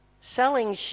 selling